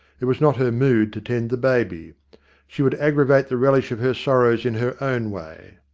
it was not her mood to tend the baby she would aggra vate the relish of her sorrows in her own way.